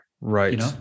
Right